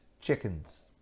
chickens